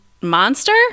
monster